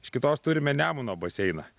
iš kitos turime nemuno baseiną